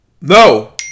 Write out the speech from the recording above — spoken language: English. No